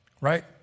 right